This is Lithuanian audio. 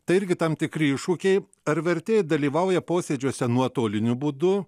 tai irgi tam tikri iššūkiai ar vertėjai dalyvauja posėdžiuose nuotoliniu būdu